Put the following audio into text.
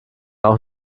auch